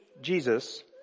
Jesus